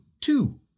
two